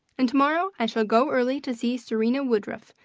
and to-morrow i shall go early to see serena woodruff,